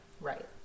Right